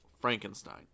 Frankenstein